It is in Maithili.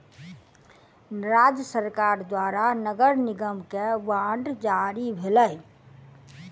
राज्य सरकार द्वारा नगर निगम के बांड जारी भेलै